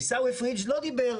עיסאווי פריג' לא דיבר,